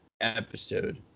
episode